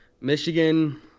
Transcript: michigan